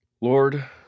Lord